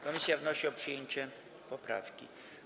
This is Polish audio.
Komisja wnosi o przyjęcie poprawki.